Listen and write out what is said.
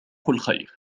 الخير